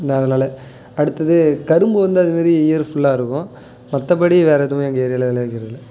இந்த அதனால் அடுத்தது கரும்பு வந்து அதுமாரி இயர் ஃபுல்லாக இருக்கும் மற்றபடி வேறே எதுவும் எங்கள் ஏரியாவில் விளைவிக்கறதில்ல